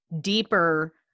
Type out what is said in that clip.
deeper